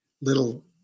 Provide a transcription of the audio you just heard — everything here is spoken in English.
little